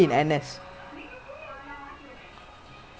அப்பனா:appanaa maybe wait one company is how many people I don't know lah